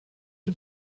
den